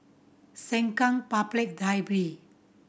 Sengkang Public Library